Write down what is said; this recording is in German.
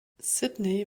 sydney